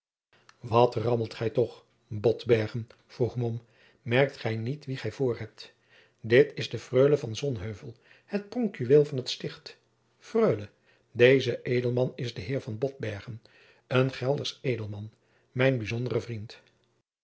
wat rammelt gij toch botbergen vroeg mom merkt gij niet wien gij voorhebt dit is de freule van sonheuvel het pronkjuweel van t sticht freule deze edelman is de heer van bot bergen een geldersch edelman mijn bijzondere vriend